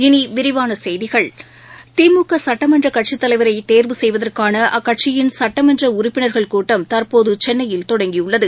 இனிவிரிவானசெய்திகள் திமுகசுட்டமன்றகட்சித்தலைவரைதேர்வு செய்வதற்கானஅக்கட்சியின் சட்டமன்றஉறுப்பினர்கள் கட்டம் தற்போதுசென்னையில் தொடங்கியுள்ளது